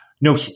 No